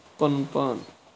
پَنُن پان